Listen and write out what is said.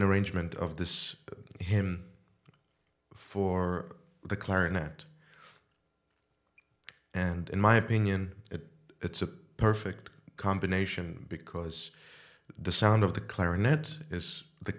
an arrangement of this him for the clarinet and in my opinion it it's a perfect combination because the sound of the clarinet is the